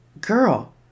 girl